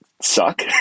Suck